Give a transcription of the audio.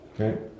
Okay